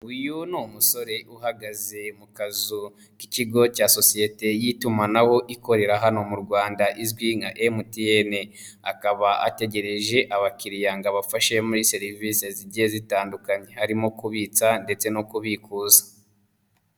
Uyu ni umusore uhagaze mu kazu k'ikigo cya sosiyete y'itumanaho ikorera hano mu Rwanda izwi nka MTN akaba ategereje abakiriya ngo abafashe muri serivisi zigiye zitandukanye harimo kubitsa ndetse no kubikuza.